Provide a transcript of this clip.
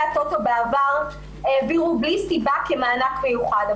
הטוטו בעבר העבירו בלי סיבה כמענק מיוחד.